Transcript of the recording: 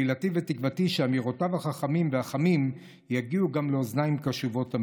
תפילתי ותקוותי שאמירותיו החכמות והחמות יגיעו גם לאוזניים קשובות,